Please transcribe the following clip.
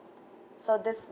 so this